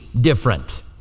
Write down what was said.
different